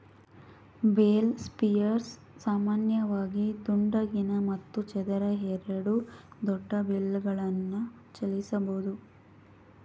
bale spears ಸಾಮಾನ್ಯವಾಗಿ ದುಂಡಗಿನ ಮತ್ತು ಚದರ ಎರಡೂ ದೊಡ್ಡ ಬೇಲ್ಗಳನ್ನು ಚಲಿಸಬೋದು